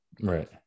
Right